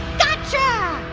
gotcha!